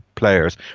players